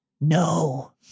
No